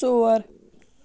ژور